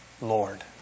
Lord